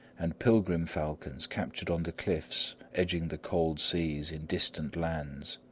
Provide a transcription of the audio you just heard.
and pilgrim falcons captured on the cliffs edging the cold seas, in distant lands.